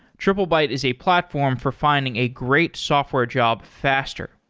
triplebyte is a platform for finding a great software job faster.